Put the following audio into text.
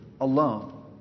alone